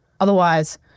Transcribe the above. Otherwise